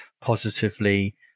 positively